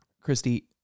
Christy